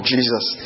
Jesus